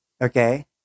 Okay